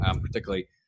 particularly